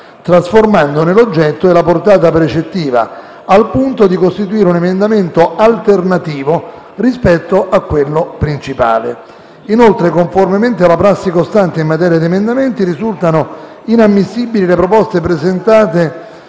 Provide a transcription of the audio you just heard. trasformandone l'oggetto e la portata precettiva al punto di costituire un emendamento alternativo rispetto a quello principale. Inoltre, conformemente alla prassi costante in materia di emendamenti, risultano inammissibili le proposte presentate